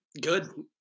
good